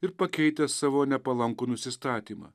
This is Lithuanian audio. ir pakeitęs savo nepalankų nusistatymą